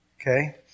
Okay